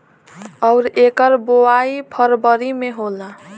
अउर एकर बोवाई फरबरी मे होला